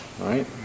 Right